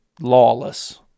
lawless